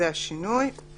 אני